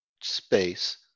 space